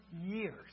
years